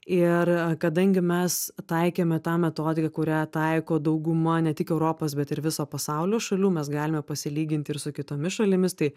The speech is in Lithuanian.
ir kadangi mes taikėme tą metodiką kurią taiko dauguma ne tik europos bet ir viso pasaulio šalių mes galime pasilyginti ir su kitomis šalimis tai